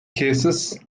cases